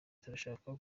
turashaka